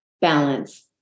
balance